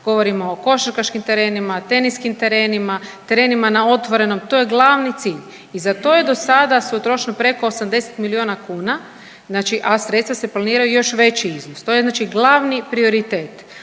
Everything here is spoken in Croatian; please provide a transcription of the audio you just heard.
govorimo o košarkaškim terenima, teniskim terenima, terenima na otvorenom to je glavni cilj. I za to je dosada se utrošilo preko 80 miliona kuna, znači a sredstava se planiraju još veći iznos. To je znači glavni prioritet.